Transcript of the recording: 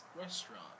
restaurant